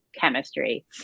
chemistry